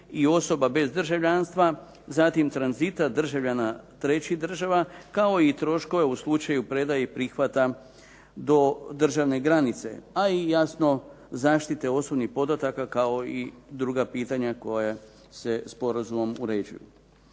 i osoba bez državljanstva, zatim tranzita državljana trećih država kao i troškove u slučaju predaje i prihvata do državne granice a i jasno zaštite osobnih podataka kao i druga pitanja koja se sporazumom uređuju.